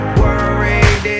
worried